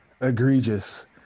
egregious